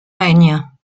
règne